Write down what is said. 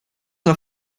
war